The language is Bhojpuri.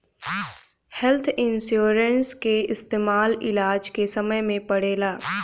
हेल्थ इन्सुरेंस के इस्तमाल इलाज के समय में पड़ेला